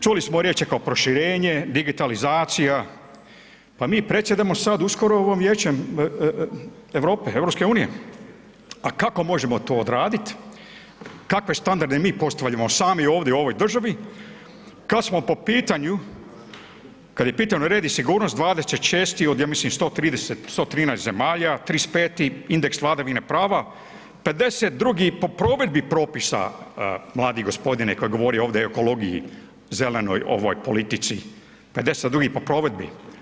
Čuli smo riječi kao proširenje, digitalizacija, pa mi predsjedamo sad uskoro u ovom Vijećem Europe, EU, a kako možemo to odradit, kakve standarde mi postavljamo sami ovdje u ovoj državi kad smo po pitanju, kad je pitanje red i sigurnost 26. od, ja mislim, 130, 113 zemalja, 35. indeks vladavine prava, 52. po provedbi propisa mladi gospodine koji je govorio ovdje o ekologiji zelenoj ovoj politici, 52. po provedbi.